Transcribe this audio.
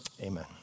Amen